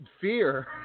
fear